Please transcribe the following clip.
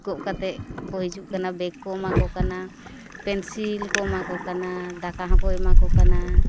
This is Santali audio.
ᱜᱚᱜ ᱠᱟᱛᱮᱫ ᱠᱚ ᱦᱤᱡᱩᱜ ᱠᱟᱱᱟ ᱵᱮᱜᱽ ᱠᱚ ᱮᱢᱟ ᱠᱚ ᱠᱟᱱᱟ ᱯᱮᱱᱥᱤᱞ ᱠᱚ ᱮᱢᱟ ᱠᱚ ᱠᱟᱱᱟ ᱫᱟᱠᱟ ᱦᱚᱸᱠᱚ ᱮᱢᱟ ᱠᱚ ᱠᱟᱱᱟ